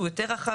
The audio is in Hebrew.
שהוא רחב יותר.